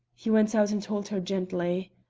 he went out and told her gently.